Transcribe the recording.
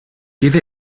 give